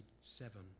seven